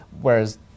whereas